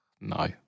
No